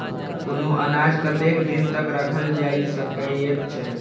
कुनू अनाज कतेक दिन तक रखल जाई सकऐत छै?